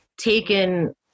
taken